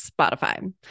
Spotify